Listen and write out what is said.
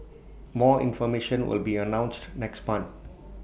more information will be announced next month